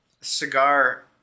cigar